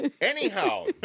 Anyhow